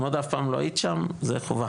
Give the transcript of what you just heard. אם עוד אף פעם לא היית שם, זה חובה.